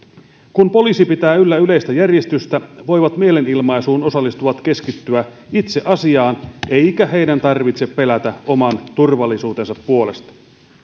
kun poliisi pitää yllä yleistä järjestystä voivat mielenilmaisuun osallistuvat keskittyä itse asiaan eikä heidän tarvitse pelätä oman turvallisuutensa puolesta